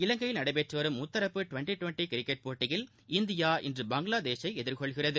இலங்கையில் நடைபெற்று வரும் முத்தரப்பு ட்வெண்ட்டி ட்வெண்ட்டி கிரிக்கெட் போட்டியில் இந்தியா இன்று பங்களாதேஷை எதிர்கொள்கிறது